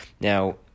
Now